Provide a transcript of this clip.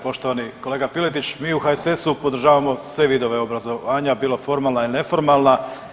Poštovani kolega Piletić mi u HSS-u podržavamo sve vidove obrazovanja bilo formalna ili neformalna.